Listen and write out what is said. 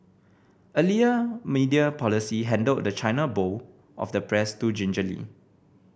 earlier media policy handled the China bowl of the press too gingerly